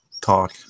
talk